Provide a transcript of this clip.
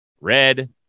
Red